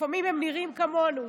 לפעמים הם נראים כמונו.